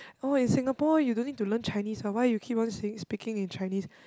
oh in Singapore you don't need to learn Chinese what why you keep on saying speaking in Chinese